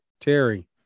Terry